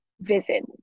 visit